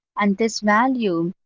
and this value,